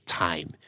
time